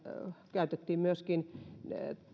käytettiin myöskin